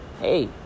Hey